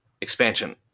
expansion